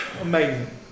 Amazing